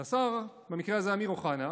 והשר, במקרה הזה, אמיר אוחנה,